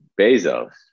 Bezos